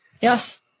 Yes